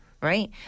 right